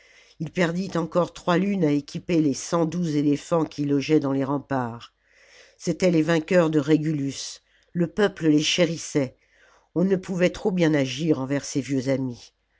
il perdit encore trois lunes à équiper les cent douze éléphants qui logeaient dans les remparts c'étaient les vainqueurs de régulus le peuple les chérissait on ne pouvait trop bien agir envers ces vieux amis